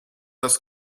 das